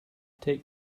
take